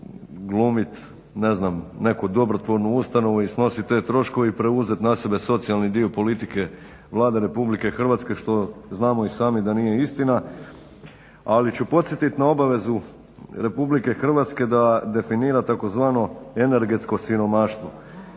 glumiti neku dobrotvornu ustanovu i snositi te troškove i preuzeti na sebe socijalni dio politike Vlade RH što znamo i sami da nije istina. Ali ću podsjetiti na obavezu RH da definira tzv. energetsko siromaštvo